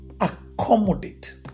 accommodate